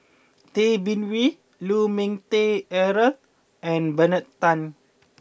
Tay Bin Wee Lu Ming Teh Earl and Bernard Tan